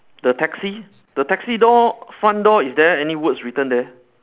the taxi the taxi door front door is there any words written there